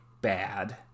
bad